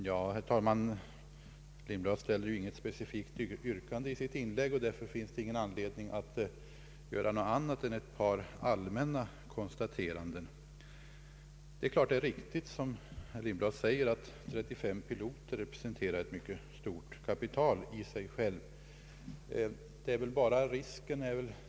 Herr talman! Herr Lindblad ställer ju inget specifikt yrkande i sitt inlägg, och därför finns det ingen anledning att göra något annat än ett par allmänna konstateranden. Det är klart att herr Lindblad har rätt i att 35 piloter representerar ett mycket stort kapital i och för sig.